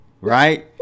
right